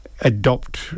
adopt